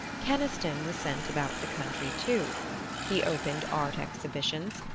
keniston was sent about the country too he opened art exhibitions,